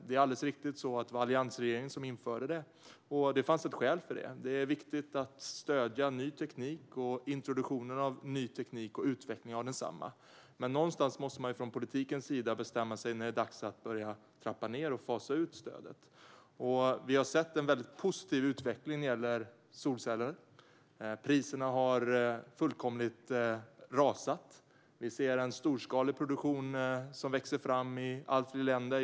Det är riktigt att det var alliansregeringen som införde det, och det fanns ett skäl till det: Det är viktigt att stödja ny teknik och introduktionen och utvecklingen av sådan teknik. Men någonstans måste man från politikens sida bestämma när det är dags att börja trappa ned och fasa ut stödet. Vi har sett en positiv utveckling när det gäller solceller. Priserna har fullkomligen rasat. Vi ser en storskalig produktion som växer fram i allt fler länder.